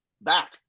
back